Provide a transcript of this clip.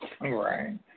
Right